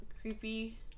creepy